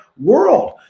world